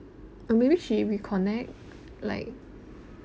or maybe she reconnect like